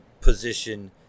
position